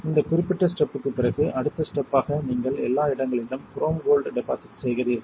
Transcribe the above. இந்த குறிப்பிட்ட ஸ்டெப்க்குப் பிறகு அடுத்த ஸ்டெப் ஆக நீங்கள் எல்லா இடங்களிலும் குரோம் கோல்ட் டெபாசிட் செய்கிறீர்கள்